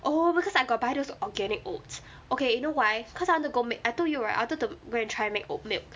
oh because I got buy those organic oats okay you know why because I want to go make I told you right I wanted to go and try make oat milk